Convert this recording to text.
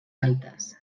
altes